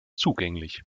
zugänglich